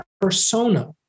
persona